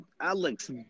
Alex